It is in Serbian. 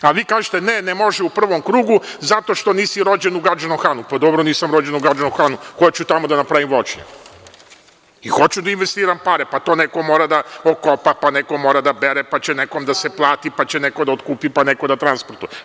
A vi kažete – ne, ne može u prvom krugu, zato što nisi rođen u Gadžinom Hanu, pa dobro nisam rođen u Gadžinom Hanu, hoću tamo da napravim voćnjak i hoću da investiram pare, pa to neko mora da okopa, pa neko mora da bere, pa će nekom da se plati, pa će neko da otkupi, pa neko da transportuje.